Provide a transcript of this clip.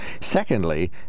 Secondly